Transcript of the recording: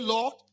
Lord